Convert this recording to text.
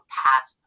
path